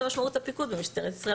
זו משמעות הפיקוד במשטרת ישראל.